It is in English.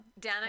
Danica